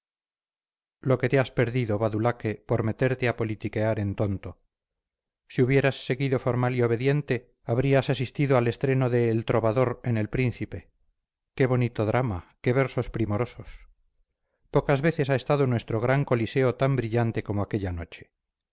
lo que te has perdido badulaque por meterte a politiquear en tonto si hubieras seguido formal y obediente habrías asistido al estreno de el trovador en el príncipe qué bonito drama qué versos primorosos pocas veces ha estado nuestro gran coliseo tan brillante como aquella noche